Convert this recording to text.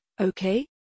okay